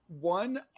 One